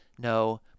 No